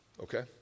okay